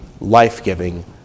life-giving